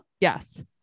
Yes